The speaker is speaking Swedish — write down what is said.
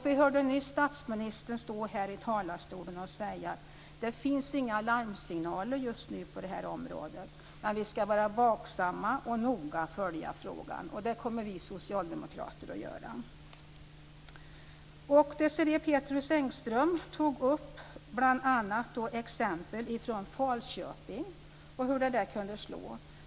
Vi hörde nyss statsministern stå här i talarstolen och säga att det inte finns några larmsignaler just nu på det här området, men vi ska vara vaksamma och noga följa frågan. Det kommer vi socialdemokrater att göra. Desirée Pethrus Engström tog bl.a. ett exempel från Falköping på hur det här kan slå.